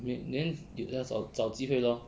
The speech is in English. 没有 then 找找机会 lor